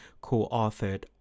co-authored